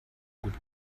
gut